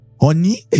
honey